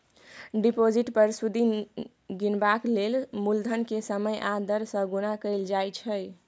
deposit पर सुदि गिनबाक लेल मुलधन केँ समय आ दर सँ गुणा कएल जाइ छै